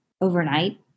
overnight